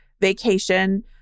vacation